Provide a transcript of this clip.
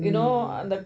mm